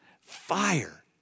Fire